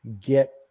get